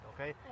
okay